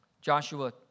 Joshua